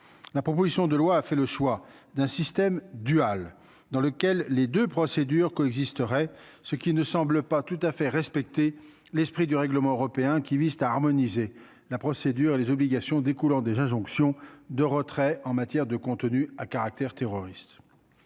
la proposition de loi, a fait le choix d'un système dual dans lequel les 2 procédures que existeraient, ce qui ne semble pas tout à fait respecter l'esprit du règlement européen qui vise à harmoniser la procédure et les obligations découlant des injonctions de retrait en matière de contenus à caractère terroriste